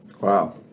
Wow